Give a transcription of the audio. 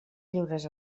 lliures